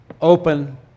open